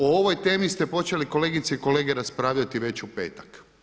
O ovoj temi ste počeli kolegice i kolege raspravljati već u petak.